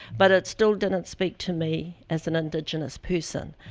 but it still didn't speak to me as an indigenous person.